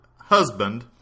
husband